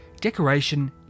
Decoration